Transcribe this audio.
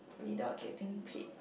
without getting paid